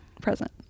present